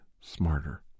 smarter